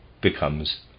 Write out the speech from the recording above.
becomes